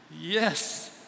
Yes